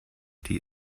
die